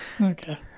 Okay